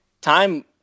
time